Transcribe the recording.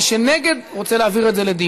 מי שנגד, רוצה להעביר את זה לדיון.